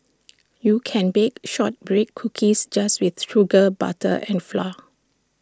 you can bake Shortbread Cookies just with sugar butter and flour